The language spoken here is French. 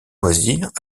loisirs